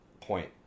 point